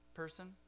person